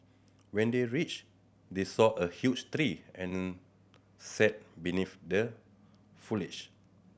when they reached they saw a huge tree and sat beneath the foliage